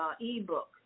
e-book